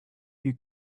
you